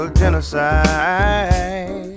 genocide